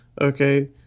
okay